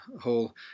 whole